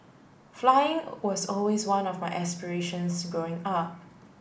flying was always one of my aspirations growing up